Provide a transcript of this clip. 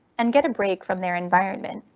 and get a break from their environment.